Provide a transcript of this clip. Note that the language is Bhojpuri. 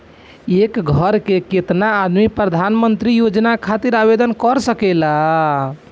एक घर के केतना आदमी प्रधानमंत्री योजना खातिर आवेदन कर सकेला?